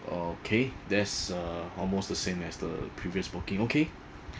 okay that's uh almost the same as the previous booking okay